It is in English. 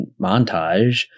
montage